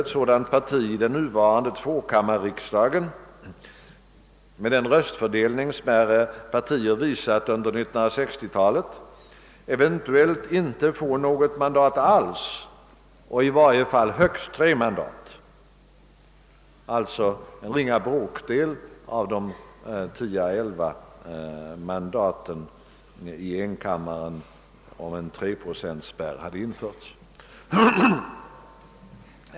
Ett sådant parti skulle i den nuvarande tvåkammarriksdagen med den röstfördelning smärre partier haft under 1960-talet eventuellt inte få något mandat alls och i varje fall högst 3 mandat, alltså en ringa del av de 10 å 11 mandat det skulle få i enkammarriksdagen om en treprocentspärr införs.